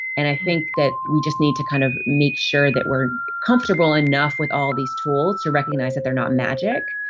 and i think that we just need to kind of make sure that we're comfortable enough with all these tools to recognize that they're not magic.